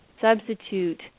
substitute